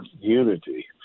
unity